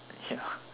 ya